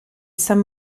san